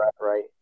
right